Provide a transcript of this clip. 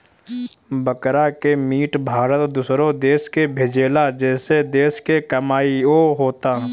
बकरा के मीट भारत दूसरो देश के भेजेला जेसे देश के कमाईओ होता